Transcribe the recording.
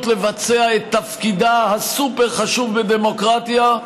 לבצע את תפקידה הסופר-חשוב בדמוקרטיה,